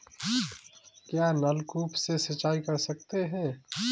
क्या नलकूप से सिंचाई कर सकते हैं?